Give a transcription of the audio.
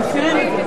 מסירים.